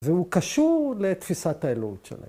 ‫והוא קשור לתפיסת האלוהות שלהם.